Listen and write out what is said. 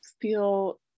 feel